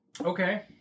Okay